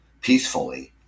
peacefully